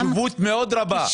חשיבות מאוד רבה,